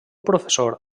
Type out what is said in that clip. professor